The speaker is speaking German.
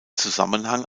zusammenhang